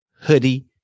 hoodie